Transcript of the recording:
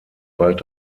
bald